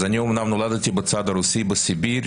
אני אמנם נולדתי בצד הרוסי בסיביר,